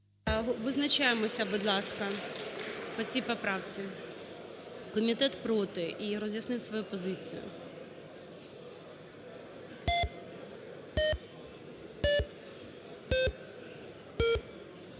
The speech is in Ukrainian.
Визначаємося, будь ласка, по цій поправці. Комітет проти, і роз'яснив свою позицію.